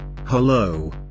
Hello